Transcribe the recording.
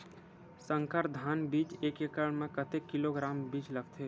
संकर धान बीज एक एकड़ म कतेक किलोग्राम बीज लगथे?